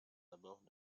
abords